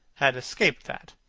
had escaped that.